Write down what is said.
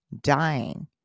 dying